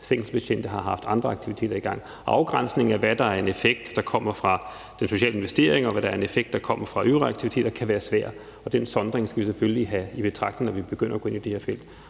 fængselsbetjente har haft andre aktiviteter i gang. Afgrænsningen af, hvad der er en effekt, der kommer fra den sociale investering, og hvad der er en effekt, der kommer fra øvrige aktiviteter, kan være svær, og den sondring skal vi selvfølgelig have i betragtning, når vi begynder at gå ind i det her felt.